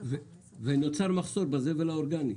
ונוצר מחסור בזבל האורגני.